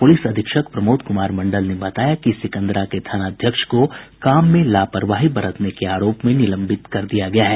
police अधीक्षक प्रमोद कुमार मंडल ने बताया कि सिकंदरा के थानाध्यक्ष को काम में लापरवाही बरतने के आरोप में निलंबित कर दिया गया है